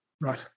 Right